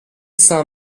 saint